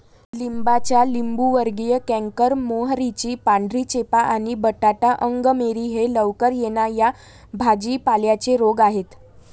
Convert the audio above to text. लिंबाचा लिंबूवर्गीय कॅन्कर, मोहरीची पांढरी चेपा आणि बटाटा अंगमेरी हे लवकर येणा या भाजी पाल्यांचे रोग आहेत